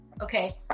Okay